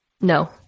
No